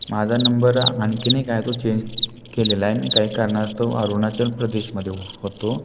माझा नंबर आणखी एक आहे तो चेंज केलेला आहे मी काही कारणास्तव अरुणाचल प्रदेशमध्ये होतो